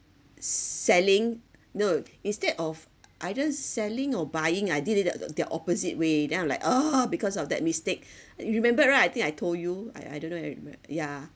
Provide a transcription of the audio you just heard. s~ selling no instead of either selling or buying I did it the their opposite way then I'm like ugh because of that mistake you remembered right I think I told you I I don't know if you remem~ ya